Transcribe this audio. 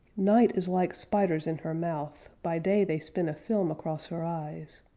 night is like spiders in her mouth by day they spin a film across her eyes.